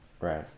Right